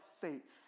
faith